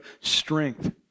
strength